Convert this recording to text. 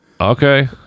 Okay